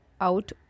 out